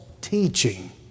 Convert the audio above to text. teaching